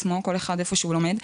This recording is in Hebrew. כל אחד איפה שהוא לומד,